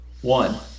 One